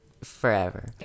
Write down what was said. forever